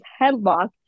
headlock